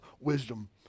wisdom